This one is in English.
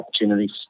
opportunities